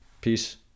Peace